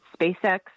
SpaceX